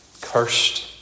Cursed